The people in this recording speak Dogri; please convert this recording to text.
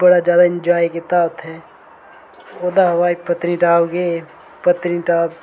बड़ा जादा एंजॉय कीता हा उत्थें ओह्दे हा बाद च पत्नीटॉप गे हे पत्नीटॉप